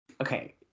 Okay